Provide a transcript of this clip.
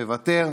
מוותר,